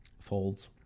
folds